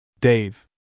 Dave